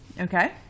Okay